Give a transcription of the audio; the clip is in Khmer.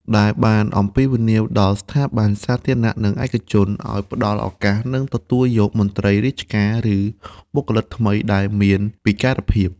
ដែលបានអំពាវនាវដល់ស្ថាប័នសាធារណៈនិងឯកជនឱ្យផ្តល់ឱកាសនិងទទួលយកមន្ត្រីរាជការឬបុគ្គលិកថ្មីដែលមានពិការភាព។